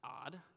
odd